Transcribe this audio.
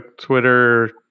Twitter